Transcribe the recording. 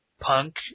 Punk